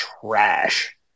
trash